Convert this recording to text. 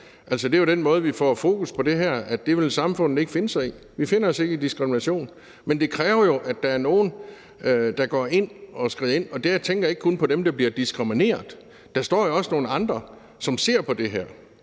Det er jo den måde, vi får fokus på det her og på, at det vil samfundet ikke finde sig i – vi finder os ikke i diskrimination. Men det kræver jo, at der er nogle, der skrider ind, og der tænker jeg ikke kun på dem, der bliver diskrimineret. Der står jo også nogle andre, som ser på det her,